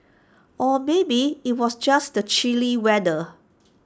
or maybe IT was just the chilly weather